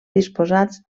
disposats